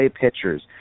pitchers